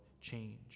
change